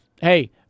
hey –